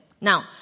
Now